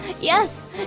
yes